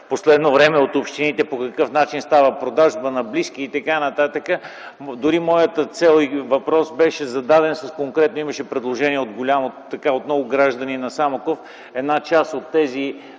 последно време, от общините по какъв начин става продажбата на близки и така нататък. Дори моята цел и въпрос беше зададен конкретно. Имаше предложение от много граждани на Самоков една част от тези